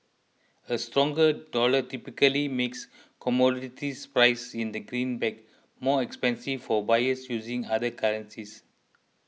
a stronger dollar typically makes commodities priced in the greenback more expensive for buyers using other currencies